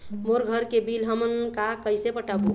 मोर घर के बिल हमन का कइसे पटाबो?